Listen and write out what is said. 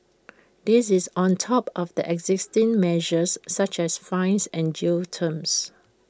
this is on top of existing measures such as fines and jail terms